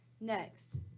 Next